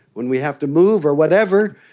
when we have to move or whatever,